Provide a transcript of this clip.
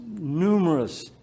numerous